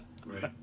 Great